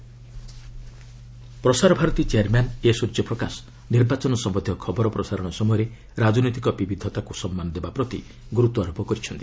Prasar Bharati CEO Prasar Bharati chairman ଏ ସ୍ୱର୍ଯ୍ୟପ୍ରକାଶ ନିର୍ବାଚନ ସମ୍ବନ୍ଧିୟ ଖବର ପ୍ରସାରଣ ସମୟରେ ରାଜନୈତିକ ବିବିଧତାକୁ ସମ୍ମାନ ଦେବା ପ୍ରତି ଗୁରୁତ୍ୱାରୋପ କରିଛନ୍ତି